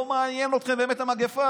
לא מעניינת אתכם באמת המגפה.